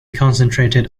concentrated